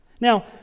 Now